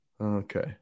Okay